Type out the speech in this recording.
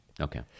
Okay